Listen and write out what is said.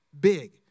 big